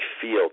feel